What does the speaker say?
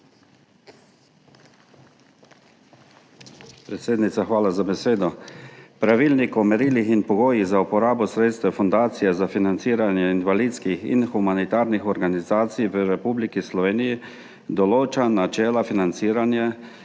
hvala za besedo.